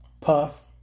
Puff